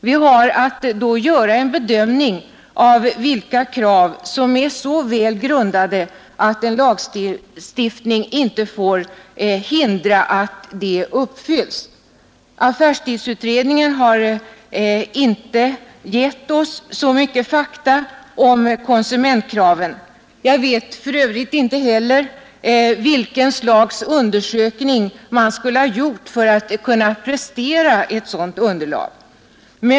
Vi har då att göra en bedömning av vilka krav som är så väl grundade att en lagstiftning inte får hindra att de uppfylls. Affärstidsutredningen har inte gett oss så mycket fakta om konsumentkraven. Jag vet för övrigt inte heller vilket slags undersökning man skulle ha gjort för att kunna prestera ett sådant underlag.